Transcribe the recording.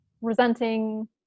resenting